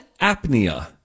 apnea